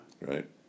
Right